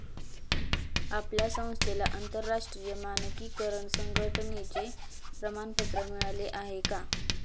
आपल्या संस्थेला आंतरराष्ट्रीय मानकीकरण संघटने चे प्रमाणपत्र मिळाले आहे का?